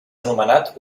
anomenat